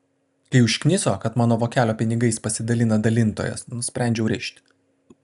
kai užkniso kad mano vokelio pinigais pasidalina dalintojas nusprendžiau rišt